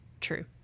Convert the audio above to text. True